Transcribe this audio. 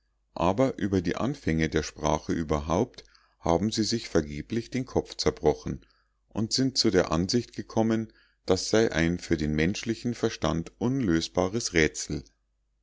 aber über die anfänge der sprache überhaupt haben sie sich vergeblich den kopf zerbrochen und sind zu der ansicht gekommen das sei ein für den menschlichen verstand unlösbares rätsel